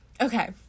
okay